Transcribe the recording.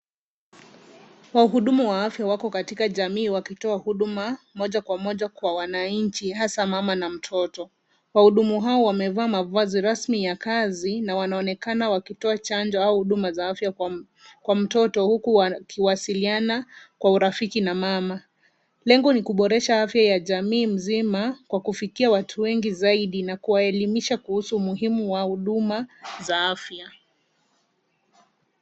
Wahudumu wa afya wako katika jamii wakitoa huduma moja kwa moja kwa wananchi hasa mama na mtoto. Wahudumu hao wamevaa mavazi rasmi ya kazi na wanaonekana wakitoa chanjo au huduma za afya kwa mtoto huku wakiwasiliana kwa urafiki na mama. Lengo ni kuboresha afya ya jamii mzima kwa kufikia watu wengi zaidi na kuwaelimisha kuhusu umuhimu wa huduma za afya.